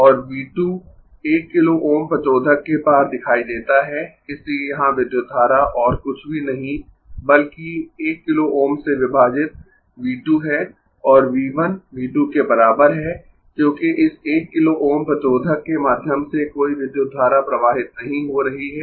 और V 2 1 kilo Ω प्रतिरोधक के पार दिखाई देता है इसलिए यहां विद्युत धारा और कुछ भी नहीं बल्कि 1 किलो Ω से विभाजित V 2 है और V 1 V 2 के बराबर है क्योंकि इस 1 किलो Ω प्रतिरोधक के माध्यम से कोई विद्युत धारा प्रवाहित नहीं हो रही है